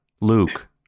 Luke